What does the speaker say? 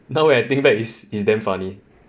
now when I think back it's is damn funny